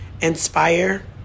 inspire